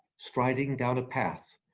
striding down a path.